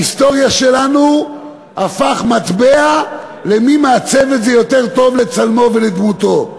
ההיסטוריה שלנו הפכו מטבע למי מעצב את זה יותר טוב לצלמו ולדמותו.